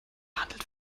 handelt